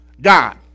God